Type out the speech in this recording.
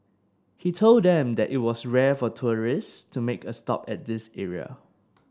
he told them that it was rare for tourists to make a stop at this area